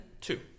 two